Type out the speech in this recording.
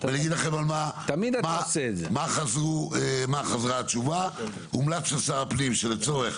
אומר מה חזרה התשובה הומלץ לשר הפנים שלצורך